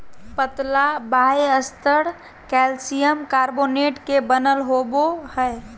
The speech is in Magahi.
पतला बाह्यस्तर कैलसियम कार्बोनेट के बनल होबो हइ